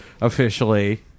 officially